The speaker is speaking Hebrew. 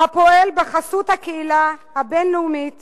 הפועל בחסות הקהילה הבין-לאומית